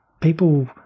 people